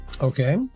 Okay